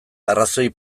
arrazoi